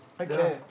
okay